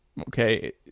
Okay